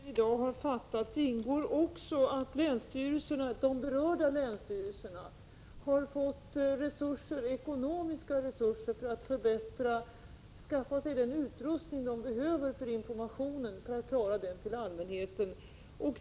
Herr talman! Bland de beslut som regeringen i dag har fattat ingår att de berörda länsstyrelserna har fått ekonomiska resurser för att skaffa sig den utrustning de behöver för att klara informationen till allmänheten.